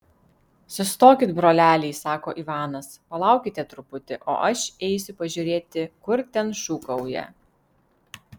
sustokit broleliai sako ivanas palaukite truputį o aš eisiu pažiūrėti kur ten šūkauja